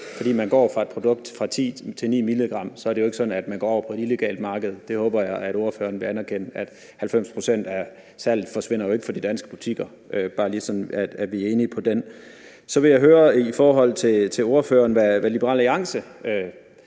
Fordi man går fra et produkt på 10 mg til 9 mg, er det jo ikke sådan, at man går over på det illegale marked. Det håber jeg at ordføreren vil anerkende. 90 pct. af salget forsvinder jo ikke fra de danske butikker. Det er bare lige, for at vi er enige om det. Så vil jeg høre, om Liberal Alliance